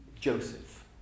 Joseph